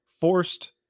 forced